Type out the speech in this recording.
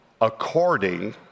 according